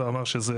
ואמר שזה